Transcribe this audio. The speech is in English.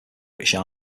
british